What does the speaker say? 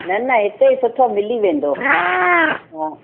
न न हिते सुठो मिली वेंदो हा